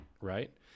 right